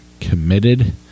Committed